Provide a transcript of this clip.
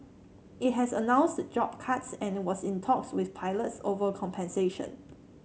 it has announced job cuts and was in talks with pilots over compensation